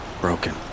broken